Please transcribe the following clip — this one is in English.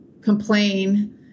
complain